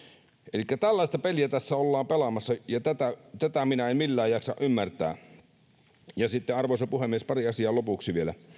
elikkä tällaista peliä tässä ollaan pelaamassa ja tätä tätä minä en millään jaksa ymmärtää arvoisa puhemies pari asiaa lopuksi vielä